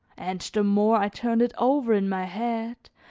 and the more i turned it over in my head,